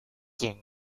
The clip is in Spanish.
quien